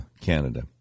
Canada